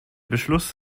beschluss